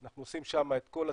אנחנו עושים שם את כל הטיפול,